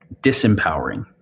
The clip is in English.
disempowering